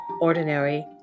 ordinary